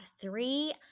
three